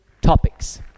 topics